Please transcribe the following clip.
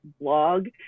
blog